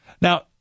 Now